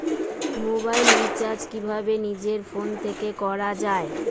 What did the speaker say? Mobile recharge কিভাবে নিজের phone থেকে করা য়ায়?